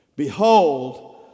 Behold